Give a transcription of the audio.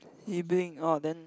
he being oh then